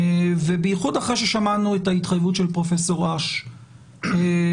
ובייחוד אחרי ששמענו את ההתחייבות של פרופ' אש לבחון